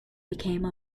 became